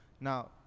now